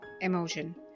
Emotion